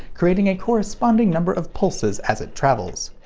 creating a corresponding number of pulses as it travels.